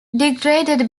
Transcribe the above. degraded